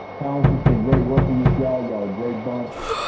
panelists, it's been great working with you all. you're all a great bunch.